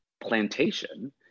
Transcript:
plantation